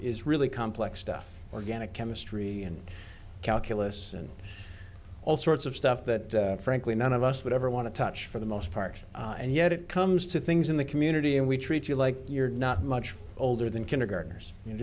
is really complex stuff organic chemistry and calculus and all sorts of stuff that frankly none of us would ever want to touch for the most part and yet it comes to things in the community and we treat you like you're not much older than kindergartners you